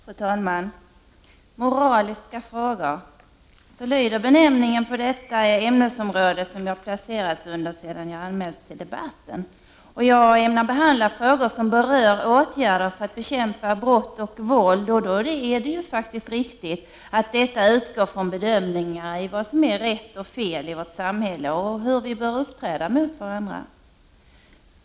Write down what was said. Fru talman! Moraliska frågor — så lyder benämningen på det ämnesområde under vilket mitt inlägg placerats efter det att jag anmälts till debatten. Jag ämnar behandla frågor som berör åtgärder för att bekämpa brott och våld, och det är ju faktiskt riktigt att detta utgår från bedömningar av vad som är rätt och fel i vårt samhälle och hur vi bör uppträda mot varandra.